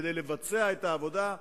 כדי לבצע את העבודה,